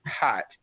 hot